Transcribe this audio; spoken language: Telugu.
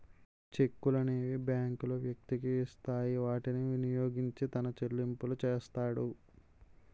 చెక్కులనేవి బ్యాంకులు వ్యక్తికి ఇస్తాయి వాటిని వినియోగించి తన చెల్లింపులు చేస్తాడు